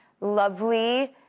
lovely